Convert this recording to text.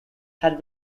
had